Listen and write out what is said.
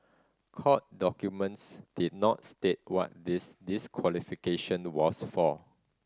court documents did not state what this disqualification was for